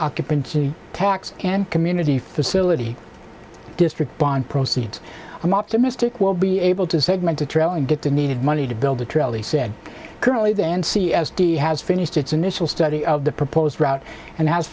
occupancy tax and community facility district bond proceeds i'm optimistic we'll be able to segment the trail and get the needed money to build a trail he said currently the and c s d has finished its initial study of the proposed route and has